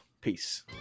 Peace